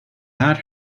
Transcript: out